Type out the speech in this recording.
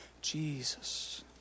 Jesus